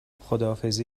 خداحافظی